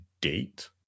date